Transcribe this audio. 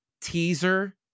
teaser